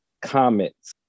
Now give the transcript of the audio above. comments